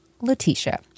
Letitia